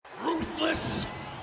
Ruthless